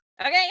Okay